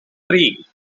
three